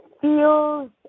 feels